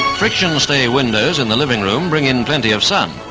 friction-stay windows in the living room bring in plenty of sun,